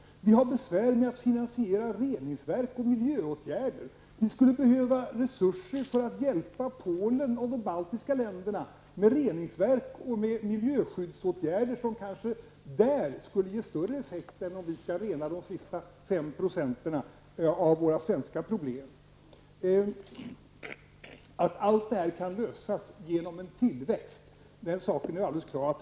Vi har besvär med att finansiera reningsverk och miljöåtgärder. Vi skulle behöva resurser för att hjälpa Polen och de baltiska länderna med reningsverk och med miljöskyddsåtgärder. Detta skulle kanske ge större effekt än om vi skulle lösa de sista fem procenten av våra svenska problem. Att allt detta kan lösas genom en tillväxt är alldeles klart.